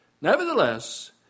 Nevertheless